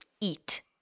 eat